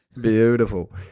Beautiful